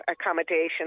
accommodation